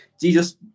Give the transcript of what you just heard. Jesus